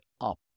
up